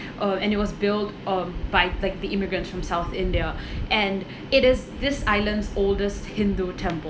uh and it was built um by like the immigrants from south india and it is this island's oldest hindu temple